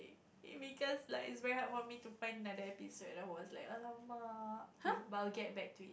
is because like is very hard for me to find another episode I was like !alamak! K but I will get back to